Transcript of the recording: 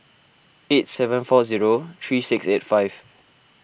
eight seven four zero three six eight five